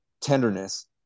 tenderness